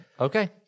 Okay